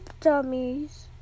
dummies